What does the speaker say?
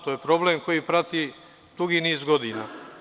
To je problem koji prati dugi niz godina.